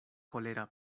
kolera